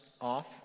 off